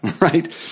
right